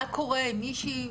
מה קורה אם מישהי,